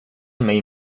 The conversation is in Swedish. mig